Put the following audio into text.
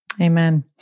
Amen